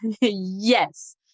Yes